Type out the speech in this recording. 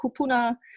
kupuna